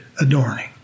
adorning